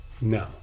No